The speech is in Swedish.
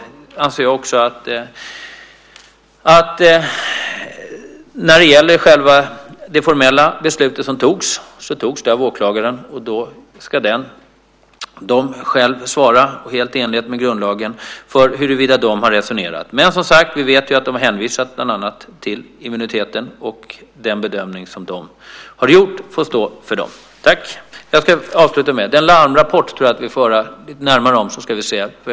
Det formella beslut som togs fattades av åklagaren, och då ska också de själva, helt i enlighet med grundlagen, svara för hur de har resonerat. Vi vet som sagt att de har hänvisat till bland annat immuniteten, och den bedömning de har gjort får stå för dem. När det gäller den där larmrapporten måste jag nog få höra lite närmare om den.